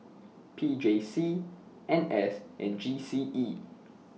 P J C N S and G C E